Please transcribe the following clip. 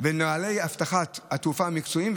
ונוהלי אבטחת התעופה המקצועיים,